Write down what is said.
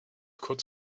kurz